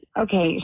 Okay